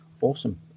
Awesome